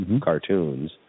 cartoons